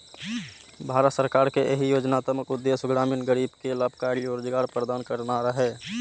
भारत सरकार के एहि योजनाक उद्देश्य ग्रामीण गरीब कें लाभकारी रोजगार प्रदान करना रहै